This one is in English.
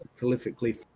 prolifically